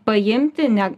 paimti ne